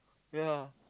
yea